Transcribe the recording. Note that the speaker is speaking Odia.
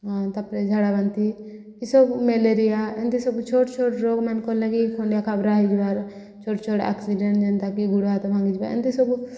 ତାପରେ ଝାଡ଼ା ବାନ୍ତି ସବୁ ମ୍ୟାଲେରିଆ ଏମିତି ସବୁ ଛୋଟ ଛୋଟ ରୋଗମାନଙ୍କର ଲାଗି ଖଣ୍ଡିଆ ଖାବରା ହେଇଯିବାର ଛୋଟ ଛୋଟ ଆକ୍ସିଡେଣ୍ଟ ଯେନ୍ତାକି ଗୋଡ଼ ହାତ ଭାଙ୍ଗିଯିବା ଏମିତି ସବୁ